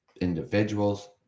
individuals